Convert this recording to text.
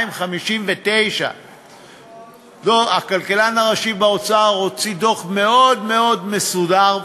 2059. הכלכלן הראשי באוצר הוציא דוח מאוד מאוד מסודר,